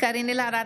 קארין אלהרר,